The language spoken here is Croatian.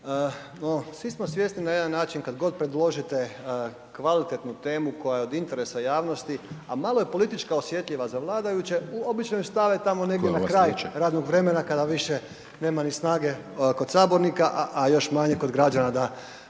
svi smo svjesni na jedan način kad god predložite kvalitetnu temu koja je od interesa javnosti, a malo je politička osjetljiva za vladajuće, obično ju stave tamo negdje na kraj radnog vremena kada više nema ni snage kod sabornika, a još manje kod građana da,